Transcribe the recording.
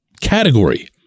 category